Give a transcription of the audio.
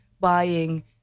buying